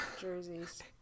jerseys